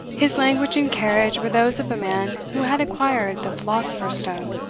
his language and carriage were those of a man who had acquired the philosopher's stone.